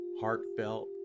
heartfelt